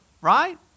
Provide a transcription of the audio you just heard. right